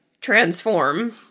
transform